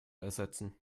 ersetzen